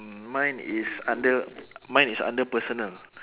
mm mine is under mine is under personal